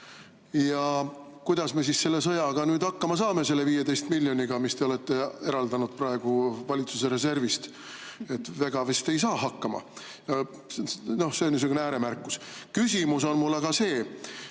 Kuidas me siis selle sõjaga nüüd hakkama saame, selle 15 miljoniga, mis te olete eraldanud praegu valitsuse reservist? Väga vist ei saa hakkama. See on niisugune ääremärkus. Küsimus on mul aga see.